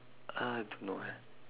I don't know eh